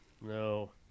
No